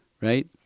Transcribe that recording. Right